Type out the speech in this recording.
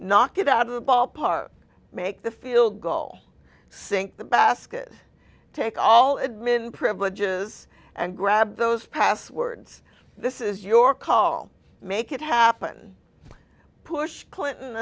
get out of the ballpark make the field goal sink the basket take all admin privileges and grab those passwords this is your call make it happen push clinton